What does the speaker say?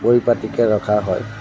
পৰিপাতিকৈ ৰখা হয়